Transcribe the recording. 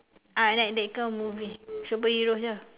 ah that that kind of movie superhero jer